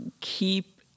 keep